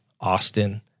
Austin